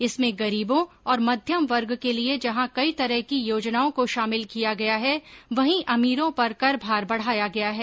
इसमें गरीबों और मध्यम वर्ग के लिये जहां कई तरह की योजनाओं को शामिल किया गया है वहीं अमीरों पर कर भार बढाया गया है